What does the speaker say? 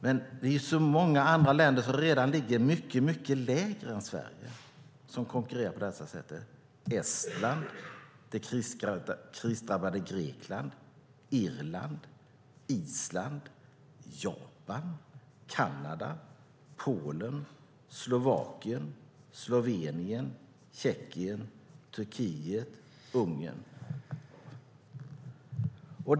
Men det finns många andra länder som redan ligger mycket lägre än Sverige och som konkurrerar på det sättet, till exempel Estland, det krisdrabbade Grekland, Irland, Island, Japan, Kanada, Polen, Slovakien, Slovenien, Tjeckien, Turkiet och Ungern. Fru talman!